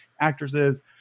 actresses